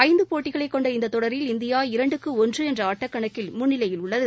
ஐந்து போட்டிகளைக் கொண்ட இந்த தொடரில் இந்தியா இரண்டுக்கு ஒன்று என்ற ஆட்டக்கணக்கில் முன்னிலையில் உள்ளது